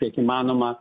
kiek įmanoma